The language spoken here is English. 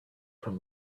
from